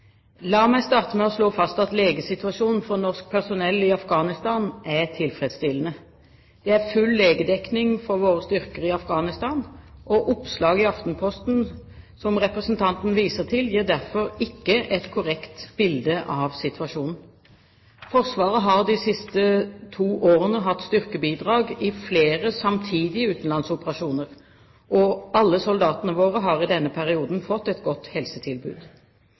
La meg starte med å slå fast at legesituasjonen for norsk personell i Afghanistan er tilfredsstillende. Det er full legedekning for våre styrker i Afghanistan, og oppslaget i Aftenposten som representanten viser til, gir derfor ikke et korrekt bilde av situasjonen. Forsvaret har de siste to årene hatt styrkebidrag i flere samtidige utenlandsoperasjoner, og alle soldatene våre har i denne perioden fått et godt helsetilbud.